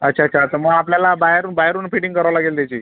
अच्छा अच्छा तर मग आपल्याला बाहेरून बाहेरून फिटिंग करावं लागेल त्याची